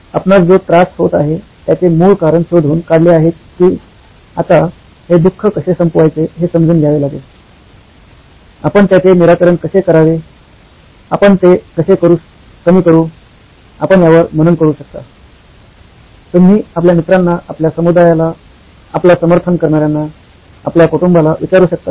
आपणास जो त्रास होत आहे त्याचे मूळ कारण शोधून काढले आहे की आता हे दुःख कसे संपवायचे हे समजून घ्यावे लागेल आपण त्याचे निराकरण कसे करावे आपण ते कसे कमी करू आपण यावर मनन करू शकता तुम्ही आपल्या मित्रांना आपल्या समुदायाला आपला समर्थन करणार्यांना आपल्या कुटुंबाला विचारू शकता का